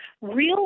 Real